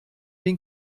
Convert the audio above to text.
den